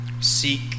seek